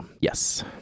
Yes